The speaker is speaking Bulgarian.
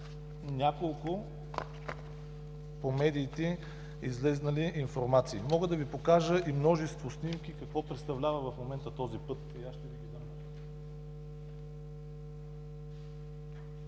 няколко излезли в медиите информации. Мога да Ви покажа и множество снимки, какво представлява в момента този път